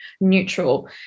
neutral